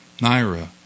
Naira